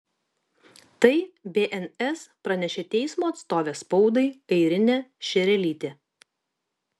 tai bns pranešė teismo atstovė spaudai airinė šerelytė